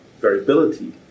variability